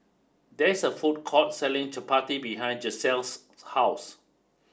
there is a food court selling Chapati behind Giselle's house